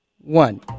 one